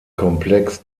komplex